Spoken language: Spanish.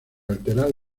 alterar